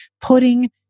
putting